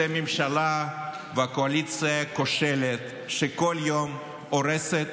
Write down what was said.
אתם ממשלה, וקואליציה, כושלת, שכל יום הורסת